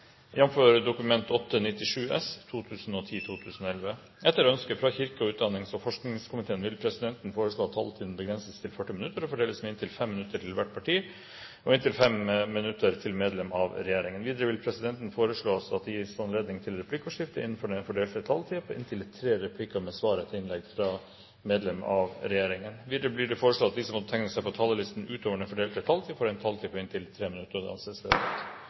fordeles med inntil 5 minutter til hvert parti og inntil 5 minutter til medlem av regjeringen. Videre vil presidenten foreslå at det gis anledning til replikkordskifte på inntil tre replikker med svar etter innlegg fra medlem av regjeringen innenfor den fordelte taletid. Videre blir det foreslått at de som måtte tegne seg på talerlisten utover den fordelte taletid, får en taletid på inntil 3 minutter. – Det anses